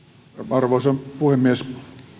arvoisa puhemies